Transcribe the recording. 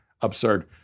absurd